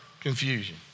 confusion